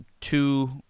two